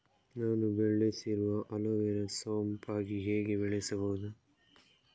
ನಾನು ಬೆಳೆಸಿರುವ ಅಲೋವೆರಾ ಸೋಂಪಾಗಿ ಹೇಗೆ ಬೆಳೆಸಬಹುದು?